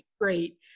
great